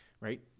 Right